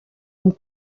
amb